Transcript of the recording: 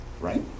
right